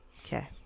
Okay